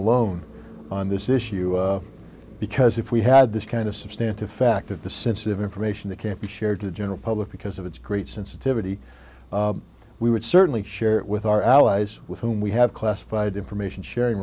alone on this issue because if we had this kind of substantive fact of the sensitive information that can't be shared to the general public because of its great sensitivity we would certainly share it with our allies with whom we have classified information sharing